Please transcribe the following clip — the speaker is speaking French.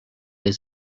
les